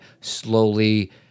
slowly